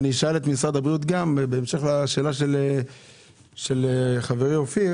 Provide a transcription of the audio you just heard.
אשאל את משרד הבריאות בהמשך לשאלה של חברי אופיר